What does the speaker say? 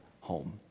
home